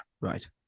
Right